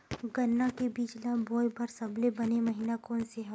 गन्ना के बीज ल बोय बर सबले बने महिना कोन से हवय?